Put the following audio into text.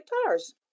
guitars